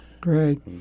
Great